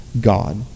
God